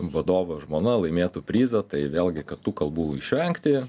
vadovo žmona laimėtų prizą tai vėlgi kad tų kalbų išvengti